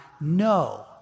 no